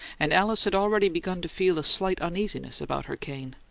and alice had already begun to feel a slight uneasiness about her cane.